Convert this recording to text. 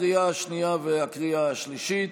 לקריאה השנייה ולקריאה השלישית.